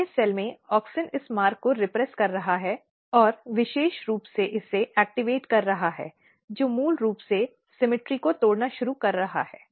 पहले सेल में ऑक्सिन इस मार्ग को रिप्रेस कर रहा है और विशेष रूप से इसे सक्रिय कर रहा है जो मूल रूप से समरूपता को तोड़ना शुरू कर रहा है